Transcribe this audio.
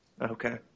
Okay